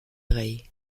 rey